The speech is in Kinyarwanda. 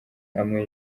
amwe